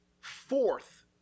fourth